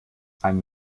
ein